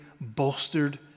bolstered